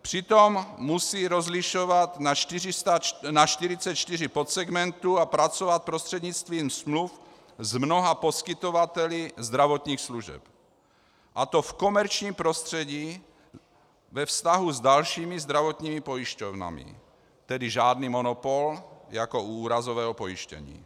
Přitom musí rozlišovat na 44 podsegmentů a pracovat prostřednictvím smluv s mnoha poskytovateli zdravotních služeb, a to v komerčním prostředí ve vztahu s dalšími zdravotními pojišťovnami, tedy žádný monopol jako u úrazového pojištění.